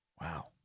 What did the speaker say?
Wow